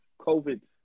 COVID